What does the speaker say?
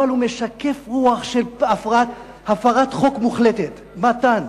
אבל הוא משקף רוח של הפרת חוק מוחלטת, מתן,